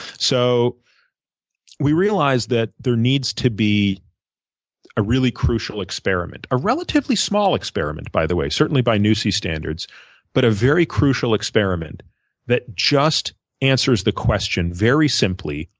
so we realized that there needs to be a really crucial experiment a relatively small experiment by the way, certainly by nusi standards but a very crucial experiment that just answers the question very simply,